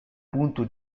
ponto